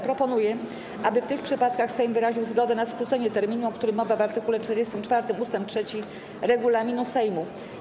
Proponuję, aby w tych przypadkach Sejm wyraził zgodę na skrócenie terminu, o którym mowa w art. 44 ust. 3 regulaminu Sejmu.